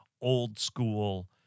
old-school